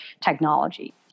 technology